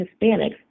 Hispanics